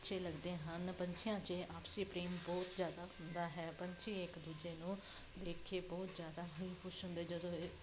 ਅੱਛੇ ਲੱਗਦੇ ਹਨ ਪੰਛੀਆਂ 'ਚ ਆਪਸੀ ਪ੍ਰੇਮ ਬਹੁਤ ਜ਼ਿਆਦਾ ਹੁੰਦਾ ਹੈ ਪੰਛੀ ਇੱਕ ਦੂਜੇ ਨੂੰ ਦੇਖ ਕੇ ਬਹੁਤ ਜ਼ਿਆਦਾ ਹੀ ਖੁਸ਼ ਹੁੰਦੇ ਜਦੋਂ